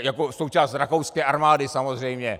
Jako součást rakouské armády samozřejmě.